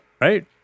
Right